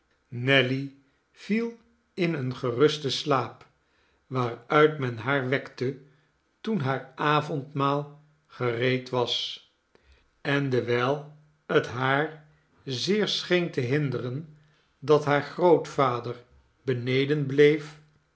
nelly viel in een gerusten slaap waaruit men haar wekte toen haar avondmaal gereed was en dewijl het haar zeer scheen te hinderen dat haar grootvader beneden bleef